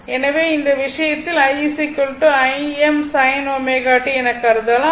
எனவே இந்த விஷயத்தில் i Im sin ω t என கருதலாம்